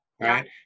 right